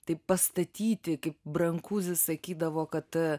taip pastatyti kaip brankuzi sakydavo kad